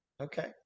Okay